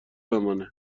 بمانه